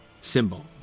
symbol